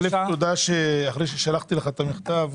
אחרי ששלחתי לך את המכתב,